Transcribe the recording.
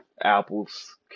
apples